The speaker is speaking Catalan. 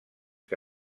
que